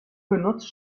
benutzt